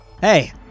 Hey